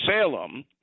Salem –